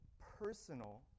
personal